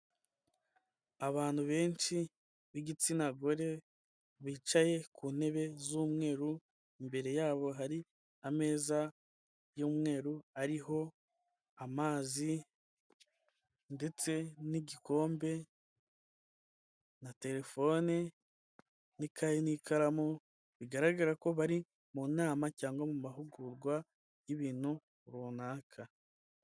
Abantu benshi b'igitsina gore, bicaye ku ntebe z'umweru, imbere yabo hari ameza y'umweru, ariho amazi ndetse n'igikombe na telefone n'ikaye n'ikaramu, bigaragara ko bari mu nama cyangwa mu mahugurwa y'ibintu runaka.